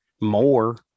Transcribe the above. more